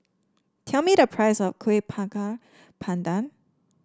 tell me the price of kueh pandan